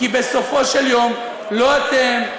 כי בסופו של יום לא אתם,